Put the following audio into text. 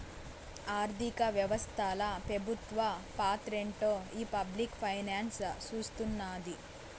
ఆర్థిక వ్యవస్తల పెబుత్వ పాత్రేంటో ఈ పబ్లిక్ ఫైనాన్స్ సూస్తున్నాది